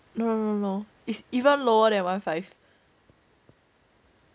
no no no no is even lower than one five